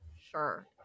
sure